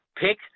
pick